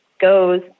goes